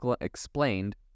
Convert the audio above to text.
explained